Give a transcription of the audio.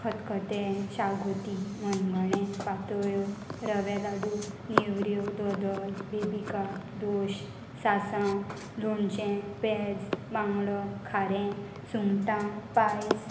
खतखतें शागोती मनगणे पातोळ्यो रव्या लाडू नेवऱ्यो दोदोल बेबिका दोश सासांव लोणचें पेज बांगडो खारें सुंगटां पायस